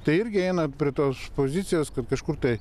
tai irgi eina prie tos pozicijos kad kažkur tai